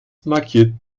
markiert